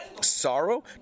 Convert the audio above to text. sorrow